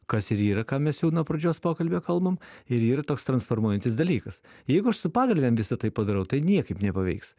kas ir yra ką mes jau nuo pradžios pokalbio kalbam ir yra toks transformuojantis dalykas jeigu aš su pagalvėm visa tai padarau tai niekaip nepaveiks